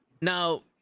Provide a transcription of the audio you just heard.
Now